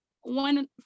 one